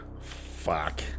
Fuck